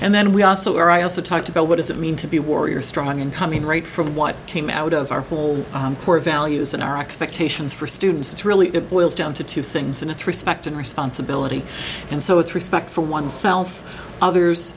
and then we also or i also talked about what does it mean to be a warrior strong and coming right from what came out of our core values and our expectations for students to really it boils down to two things and it's respect and responsibility and so it's respect for one's self others